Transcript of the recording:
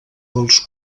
dels